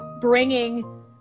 bringing